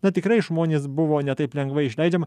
na tikrai žmonės buvo ne taip lengvai išleidžiami